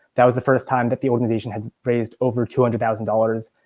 that was the first time that the organization has raised over two hundred thousand dollars.